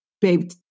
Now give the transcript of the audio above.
babe